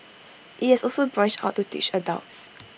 IT has also branched out to teach adults